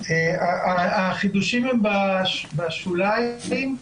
החידושים הם בשוליים.